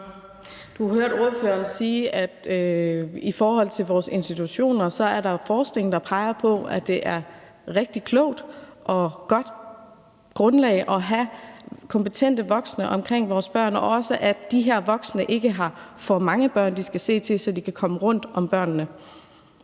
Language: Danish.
Du hørte ordføreren sige, at i forhold til vores institutioner er der jo forskning, der peger på, at det er et rigtig klogt og godt grundlag at have kompetente voksne omkring vores børn, og også, at de her voksne ikke har for mange børn, de skal se efter, sådan at de kan komme rundt om børnene.